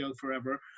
forever